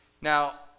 Now